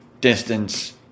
distance